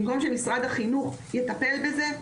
במקום שמשרד החינוך יטפל בזה?